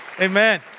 Amen